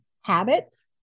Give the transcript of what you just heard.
habits